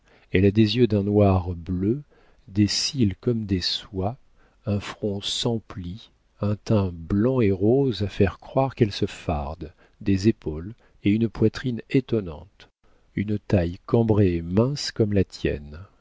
elle a des yeux d'un noir bleu des cils comme des soies un front sans plis un teint blanc et rose à faire croire qu'elle se farde des épaules et une poitrine étonnantes une taille cambrée et mince comme la tienne